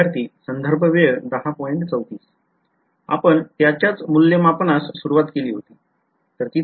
विध्यार्थी आपण त्याच्याच मूल्यमापनास सुरवात केली होती